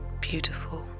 beautiful